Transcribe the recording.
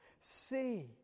See